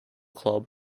club